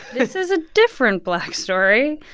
this is a different black story.